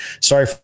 sorry